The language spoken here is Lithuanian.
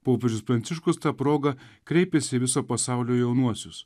popiežius pranciškus ta proga kreipėsi į viso pasaulio jaunuosius